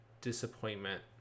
disappointment